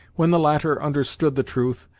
when the latter understood the truth,